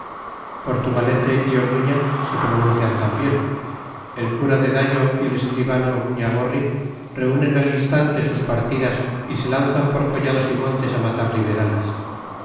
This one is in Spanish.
movimiento portugalete y orduña se pronuncian también el cura de dallo y el escribano muñagorri reúnen al instante sus partidas y se lanzan por collados y montes a matar liberales